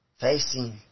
facing